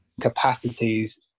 capacities